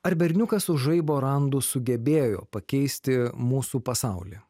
ar berniukas su žaibo randu sugebėjo pakeisti mūsų pasaulį